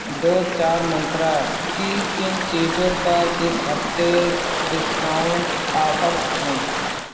دو چار منترا کی کن چیرزوں پر اس ہفتے ڈسکاؤنٹ آفرس ہیں